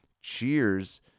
Cheers